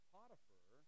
Potiphar